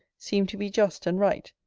seemed to be just and right.